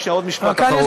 רק שנייה, עוד משפט אחרון.